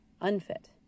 Unfit